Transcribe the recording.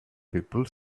people